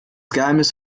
geheimnis